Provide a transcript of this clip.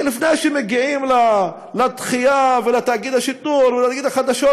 כי לפני שמגיעים לדחייה ולתאגיד השידור ולתאגיד החדשות,